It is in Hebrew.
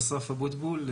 אסף אבוטבול,